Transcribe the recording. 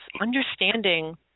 understanding